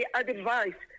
advice